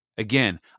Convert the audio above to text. Again